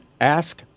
ask